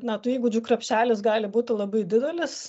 na tų įgūdžių krepšelis gali būti labai didelis